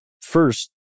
first